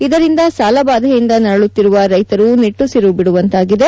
ಇದರಿಂದ ಸಾಲಬಾದೆಯಿಂದ ನರಳುತ್ತಿರುವ ರೈತರು ನಿಟ್ಟುಸಿರು ಬಿಡುವಂತಾಗಿದೆ